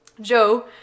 Joe